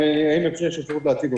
האם יש אפשרות להציג אותה?